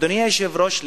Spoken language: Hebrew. אדוני היושב-ראש,